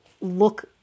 look